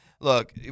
look